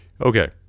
Okay